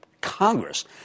Congress